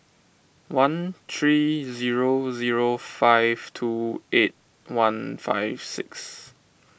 one three zero zero five two eight one five six